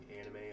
anime